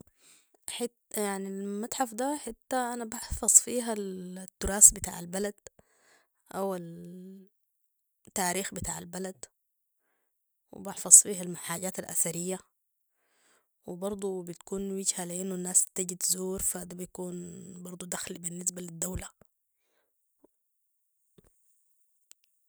حته يعني المتحف ده حته انا بحفظ فيها التراث بتاع البلد او التاريخ بتاع البلد وبحفظ فيها الحاجات الاثرية وبرضو بتكون وجهه لانو الناس تجي تزور فده بيكون برضو دخل بالنسبة للدولة